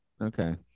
okay